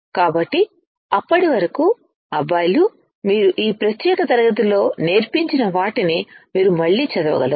కాబట్టి అప్పటి వరకు అబ్బాయిలు మీరు ఈ ప్రత్యేక తరగతిలో నేర్పించిన వాటిని మీరు మళ్ళీ చదవగలరు